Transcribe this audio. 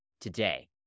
today